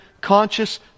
conscious